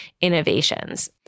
innovations